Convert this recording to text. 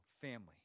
family